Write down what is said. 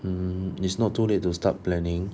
um it's not too late to start planning